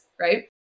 right